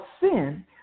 sin